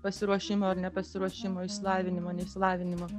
pasiruošimo ar nepasiruošimo išsilavinimo neišsilavinimo